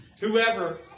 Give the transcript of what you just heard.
Whoever